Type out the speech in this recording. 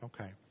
Okay